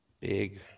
big